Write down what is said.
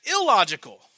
illogical